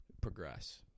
progress